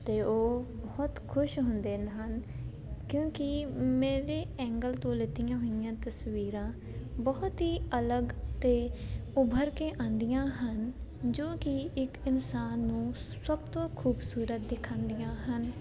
ਤਾਂ ਉਹ ਬਹੁਤ ਖੁਸ਼ ਹੁੰਦੇ ਨ ਹਨ ਕਿਉਂਕਿ ਮੇਰੇ ਐਂਗਲ ਤੋਂ ਲਿੱਤੀਆਂ ਹੋਈਆਂ ਤਸਵੀਰਾਂ ਬਹੁਤ ਹੀ ਅਲਗ ਅਤੇ ਉਭਰ ਕੇ ਆਉਂਦੀਆਂ ਹਨ ਜੋ ਕਿ ਇੱਕ ਇਨਸਾਨ ਨੂੰ ਸਭ ਤੋਂ ਖੂਬਸੂਰਤ ਦਿਖਾਉਂਦੀਆਂ ਹਨ